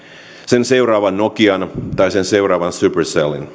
seuraava nokia tai seuraava supercell